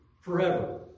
forever